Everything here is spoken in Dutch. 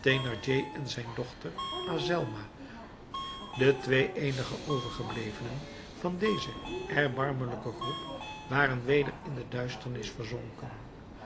en zijn dochter azelma de twee eenige overgeblevenen van deze erbarmelijke groep waren weder in de duisternis verzonken